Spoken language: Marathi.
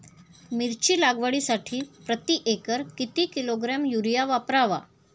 मिरची लागवडीसाठी प्रति एकर किती किलोग्रॅम युरिया वापरावा?